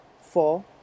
four